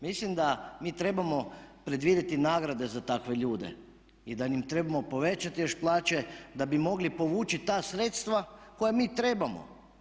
Mislim da mi trebamo predvidjeti nagrade za takve ljude i da im trebamo povećati još plaće da bi mogli povući ta sredstva koja mi trebamo.